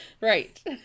Right